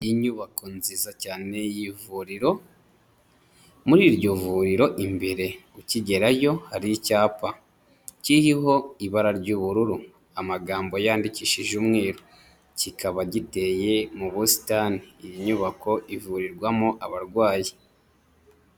Inyubako nziza cyane y'ivuriro muri iryo vuriro imbere ukigerayo hari icyapa kiriho ibara ry'ubururu amagambo yandikishije umweru kikaba giteye mu busitani iyi nyubako ivurirwamo abarwayi.